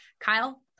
Kyle